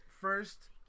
first